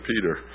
Peter